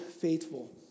faithful